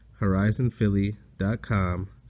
horizonphilly.com